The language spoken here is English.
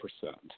percent